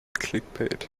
clickbait